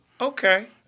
Okay